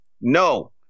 No